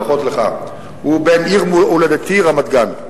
הוא בן עיר הולדתי רמת-גן.